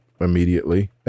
immediately